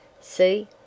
See